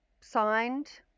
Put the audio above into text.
signed